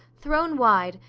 thrown wide,